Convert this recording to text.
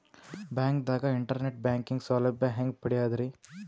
ಬ್ಯಾಂಕ್ದಾಗ internet banking ಸೌಲಭ್ಯ ಹೆಂಗ್ ಪಡಿಯದ್ರಿ?